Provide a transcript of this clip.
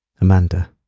Amanda